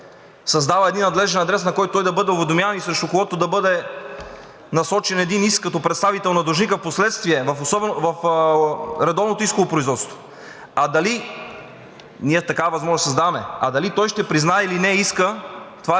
създава един надлежен адрес, на който той да бъде уведомяван и срещу когото да бъде насочен един иск като представител на длъжника впоследствие, в редовното исково производство. Ние такава възможност създаваме, а дали той ще признае или не иска, това